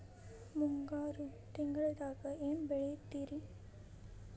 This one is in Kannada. ಮುಂಗಾರು ತಿಂಗಳದಾಗ ಏನ್ ಬೆಳಿತಿರಿ?